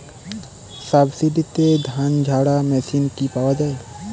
সাবসিডিতে ধানঝাড়া মেশিন কি পাওয়া য়ায়?